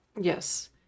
yes